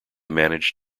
managed